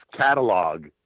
catalog